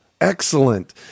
Excellent